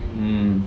mm